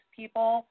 people